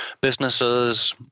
businesses